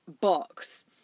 box